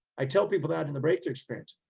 i tell people that in the breakthrough experience.